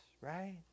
right